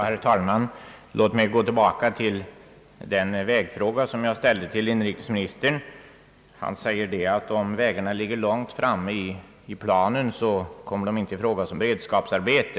Herr talman! Låt mig gå tillbaka till den vägfråga som jag ställde till inrikesministern. Han säger att om vägarna ligger långt framme i planen så kommer de inte i fråga som <beredskapsarbete.